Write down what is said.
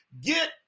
get